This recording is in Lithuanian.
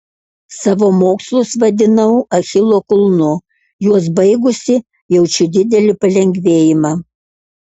savo mokslus vadinau achilo kulnu juos baigusi jaučiu didelį palengvėjimą